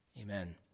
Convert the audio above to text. Amen